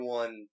one